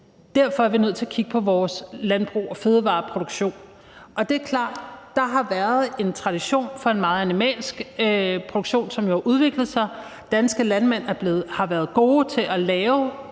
Derfor er vi nødt til at kigge på vores landbrug og fødevareproduktion, og det er klart, at der har været en tradition for en meget animalsk produktion, som jo har udviklet sig. Danske landmænd har været gode til at lave